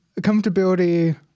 comfortability